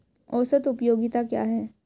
औसत उपयोगिता क्या है?